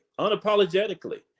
unapologetically